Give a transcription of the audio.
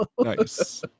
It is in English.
Nice